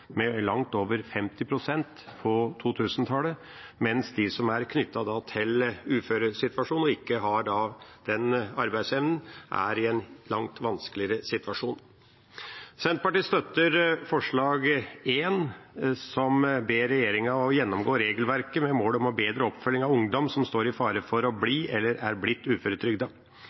med langt over 50 pst., mens de som er knyttet til en uføresituasjon og ikke har den arbeidsevnen, er i en langt vanskeligere situasjon. Senterpartiet støtter forslag nr. 1, der en «ber regjeringen gjennomgå regelverket med mål om å bedre oppfølgingen av ungdom som står i fare for å bli eller er blitt